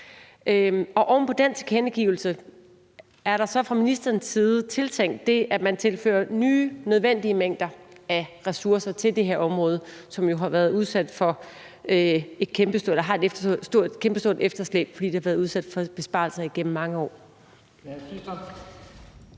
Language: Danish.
Oven på den tilkendegivelse er det så fra ministerens side påtænkt, at man tilfører nye nødvendige mængder af ressourcer til det her område, som jo har et kæmpestort efterslæb, fordi det har været udsat for besparelser igennem mange år?